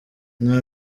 nta